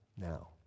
now